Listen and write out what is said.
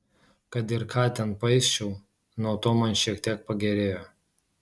kad ir ką ten paisčiau nuo to man šiek tiek pagerėjo